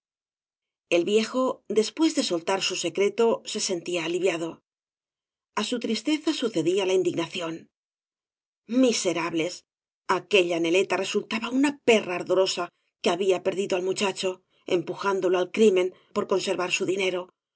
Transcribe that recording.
el viejo después de soltar su secreto se sentía aliviado a bu tristeza sucedía la indignación miserables aquella neleta resultaba una perra ardorosa que había perdido al muchacho empujándolo al crimen por conservar su dinero